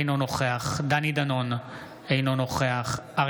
אינו נוכח דני דנון,